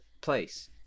place